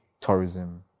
tourism